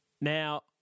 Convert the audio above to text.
Now